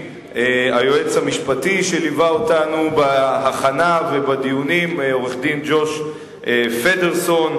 היועץ המשפטי שליווה אותנו בהכנה ובדיונים עורך-הדין ג'וש פדרסן,